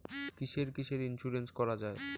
কিসের কিসের ইন্সুরেন্স করা যায়?